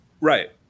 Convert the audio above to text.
Right